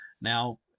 Now